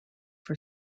for